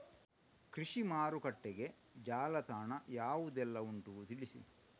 ಕೃಷಿ ಮಾರುಕಟ್ಟೆಗೆ ಜಾಲತಾಣ ಯಾವುದೆಲ್ಲ ಉಂಟು ತಿಳಿಸಿ